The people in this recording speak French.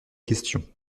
question